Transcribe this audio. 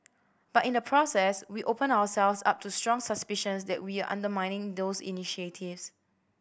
but in the process we opened ourselves up to strong suspicions that we are undermining those initiatives